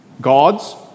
gods